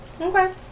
Okay